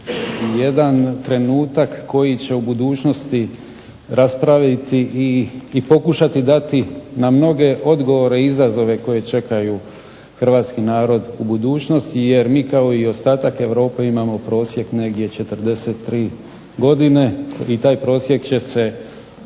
jedan trenutak koji će u budućnosti raspraviti i pokušati dati na mnoge odgovore i izazove koje čekaju hrvatski narod u budućnosti. Jer mi kao i ostatak Europe imamo prosjek negdje 43 godine i taj prosjek će se ako